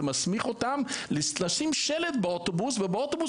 זה מסמיך אותם לשים שלט באוטובוס ובאוטובוס